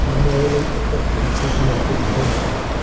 primarily affecting his native tohoku.